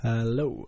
Hello